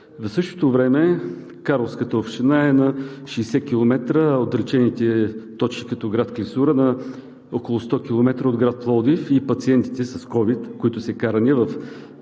В същото време Карловската община е на 60 км. – отдалечените точки, като град Клисура на около 10 км от град Пловдив и пациентите с COVID, които са карани в